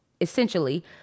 essentially